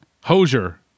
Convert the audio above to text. Hosier